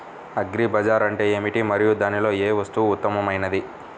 Agri bazaar అంటే ఏమిటి మరియు దానిలో ఏ వస్తువు ఉత్తమమైనది?